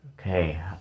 Okay